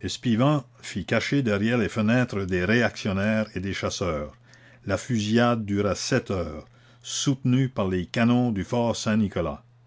espivent fit cacher derrière les fenêtres des réactionnaires et des chasseurs la fusillade dura sept heures soutenue par les canons du fort